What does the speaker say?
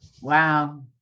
Wow